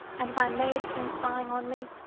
and my maid's been spying on me.